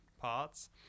parts